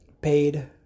paid